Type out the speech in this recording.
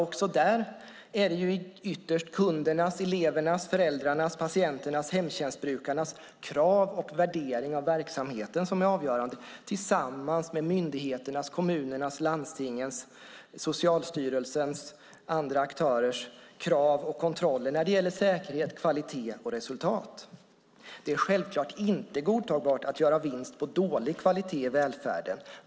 Också där är det ytterst kundernas, elevernas, föräldrarnas, patienternas, hemtjänstbrukarnas krav och värdering av verksamheten som är avgörande, tillsammans med myndigheternas, kommunernas, landstingens, Socialstyrelsens och andra aktörers krav och kontroller när det gäller säkerhet, kvalitet och resultat. Det är självklart inte godtagbart att göra vinst på dålig kvalitet i välfärden.